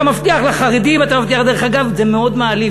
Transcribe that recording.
אתה מבטיח לחרדים, דרך אגב, זה מאוד מעליב.